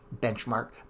benchmark